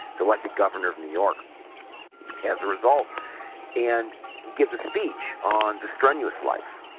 selected governor of new york as a result and he gives a speech on the strenuous life,